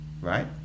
right